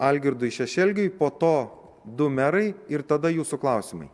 algirdui šešelgiui po to du merai ir tada jūsų klausimai